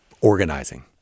organizing